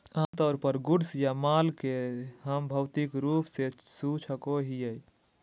आमतौर पर गुड्स या माल के हम भौतिक रूप से छू सको हियै आर उपयोग मे लाबो हय